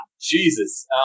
Jesus